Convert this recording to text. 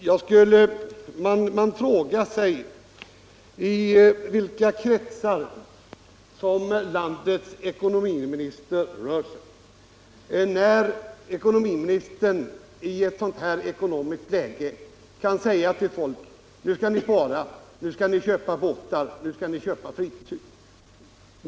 Herr talman! Man frågar sig i vilka kretsar landets ekonomiminister rör sig när han i det rådande ekonomiska läget kan uppmana folk att spara, att köpa båtar och att köpa fritidshus.